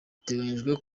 biteganyijwe